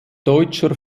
deutscher